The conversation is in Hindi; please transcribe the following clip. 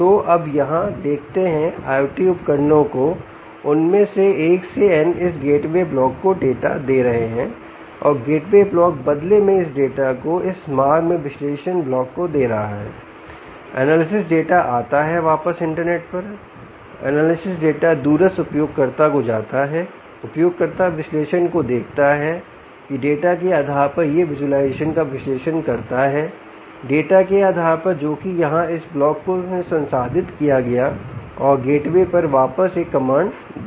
तो अब यहां देखते हैं IOT उपकरणों को उनमें से 1 से n इस गेटवे ब्लॉक को डाटा दे रहे हैं और गेटवे ब्लॉक बदले में इस डेटा को इस मार्ग में विश्लेषण ब्लॉक को दे रहा है एनालिसिस डेटा आता है वापस इंटरनेट पर एनालिसिस डेटा दूरस्थ उपयोगकर्ता को जाता है उपयोगकर्ता विश्लेषण को देखता है कि डाटा के आधार पर वह विज़ुअलाइज़ेशन का विश्लेषण करता है डेटा के आधार पर जो कि यहां इस ब्लॉक में संसाधित किया गया और गेटवे पर वापस एक कमांड दिया गया